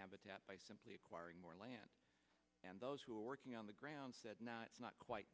habitat by simply acquiring more land and those who are working on the ground said nah it's not quite